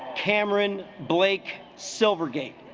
cameron blake silver gate